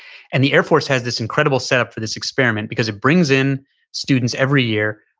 and the air force has this incredible setup for this experiment because it brings in students every year.